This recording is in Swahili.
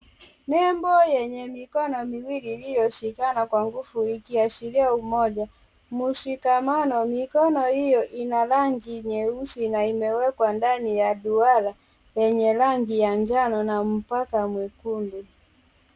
Nembo yenye mikono miwili ilyoshikana kwa nguvu ikiashiria umoja mshikamano. Mikono hiyo ina rangi nyeusi na imewekwa ndani ya duara yenye rangi ya njano na mpaka mwekundu.